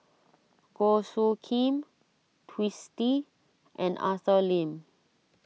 Goh Soo Khim Twisstii and Arthur Lim